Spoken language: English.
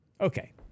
Okay